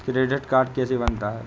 Credit card कैसे बनता है?